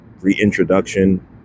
reintroduction